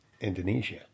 Indonesia